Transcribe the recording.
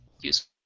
useful